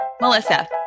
Melissa